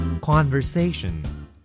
Conversation